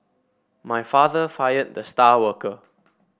my father fired the star worker